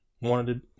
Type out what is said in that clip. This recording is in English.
Wanted